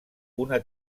una